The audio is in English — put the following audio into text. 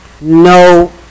no